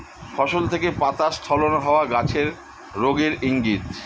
ফসল থেকে পাতা স্খলন হওয়া গাছের রোগের ইংগিত